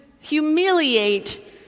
humiliate